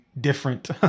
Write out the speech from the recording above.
different